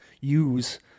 use